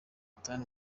tanu